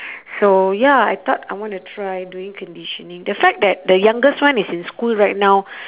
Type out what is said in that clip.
so ya I thought I wanna try doing conditioning the fact that the youngest one is in school right now